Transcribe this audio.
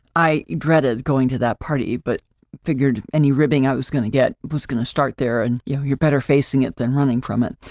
i dreaded going to that party, but figured any ribbing i was going to get was gonna start there, and you know you're better facing it than running from it.